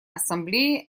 ассамблеи